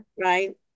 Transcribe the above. Right